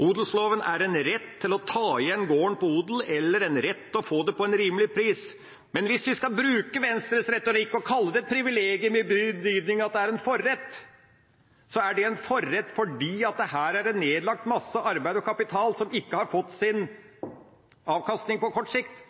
Odelsloven er en rett til å ta igjen gården på odel eller en rett til å få det for en rimelig pris. Men hvis vi skal bruke Venstres retorikk og kalle det et privilegium, i den betydning at det er en forrett, så er det en forrett fordi det her er nedlagt mye arbeid og kapital som ikke har fått sin avkastning på kort sikt,